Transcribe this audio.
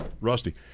rusty